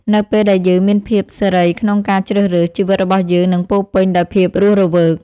នៅពេលដែលយើងមានភាពសេរីក្នុងការជ្រើសរើស ជីវិតរបស់យើងនឹងពោរពេញដោយភាពរស់រវើក។